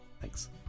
Thanks